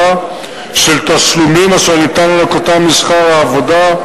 של תשלומים שאפשר לנכותם משכר העבודה: